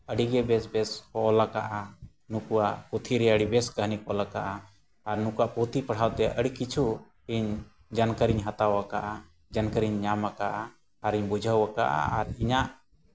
ᱟᱹᱰᱤᱜᱮ ᱵᱮᱥ ᱵᱮᱥ ᱠᱚ ᱚᱞ ᱠᱟᱜᱼᱟ ᱱᱩᱠᱩᱣᱟᱜ ᱯᱩᱛᱷᱤ ᱜᱮ ᱟᱹᱰᱤ ᱵᱮᱥ ᱠᱟᱹᱦᱱᱤ ᱠᱚ ᱚᱞ ᱠᱟᱜᱼᱟ ᱟᱨ ᱱᱩᱠᱩᱣᱟᱜ ᱯᱩᱛᱷᱤ ᱯᱟᱲᱦᱟᱣ ᱛᱮ ᱟᱹᱰᱤ ᱠᱤᱪᱷᱩ ᱤᱧ ᱡᱟᱱᱠᱟᱨᱤᱧ ᱦᱟᱛᱟᱣ ᱠᱟᱜᱼᱟ ᱡᱟᱱᱠᱟᱨᱤᱧ ᱧᱟᱢ ᱠᱟᱜᱼᱟ ᱟᱨᱤᱧ ᱵᱩᱡᱷᱟᱹᱣ ᱠᱟᱜᱼᱟ ᱟᱨ ᱤᱧᱟᱹᱜ